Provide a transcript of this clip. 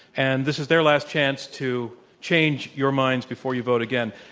and this is their last chance to change your minds before you vote again.